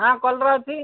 ହାଁ କଲରା ଅଛି